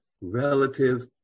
relative